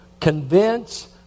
convince